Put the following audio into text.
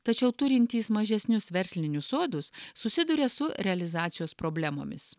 tačiau turintys mažesnius verslinius sodus susiduria su realizacijos problemomis